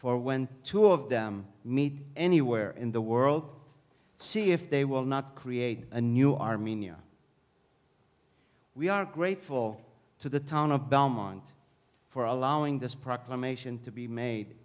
for when two of them meet anywhere in the world see if they will not create a new armenia we are grateful to the town of belmont for allowing this proclamation to be made